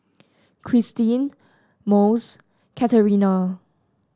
Cristine Mose Katerina